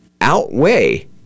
outweigh